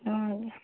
ହଁ ଆଜ୍ଞା